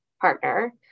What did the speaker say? partner